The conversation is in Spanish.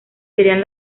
serían